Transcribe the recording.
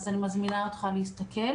אז אני מזמינה אותך להסתכל.